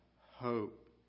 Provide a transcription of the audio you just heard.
hope